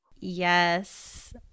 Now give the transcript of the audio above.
Yes